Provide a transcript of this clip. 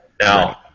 Now